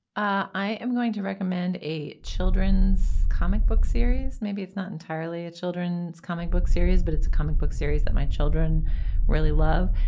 i am going to recommend a children's comic book series. maybe it's not entirely a children's comic book series but it's a comic book series that my children really love.